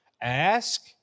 Ask